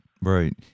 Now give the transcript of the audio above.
right